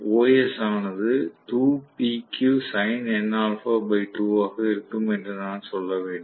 OS ஆனது ஆக இருக்கும் என்று நான் சொல்ல வேண்டும்